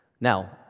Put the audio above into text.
Now